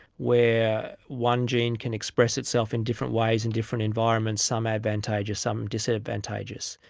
where one gene can express itself in different ways and different environments, some advantageous, some disadvantageous.